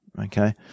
Okay